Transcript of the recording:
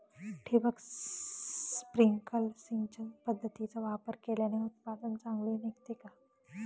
ठिबक, स्प्रिंकल सिंचन पद्धतीचा वापर केल्याने उत्पादन चांगले निघते का?